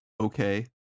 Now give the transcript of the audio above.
okay